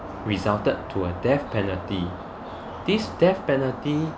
resulted to a death penalty this death penalty